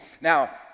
now